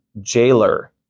jailer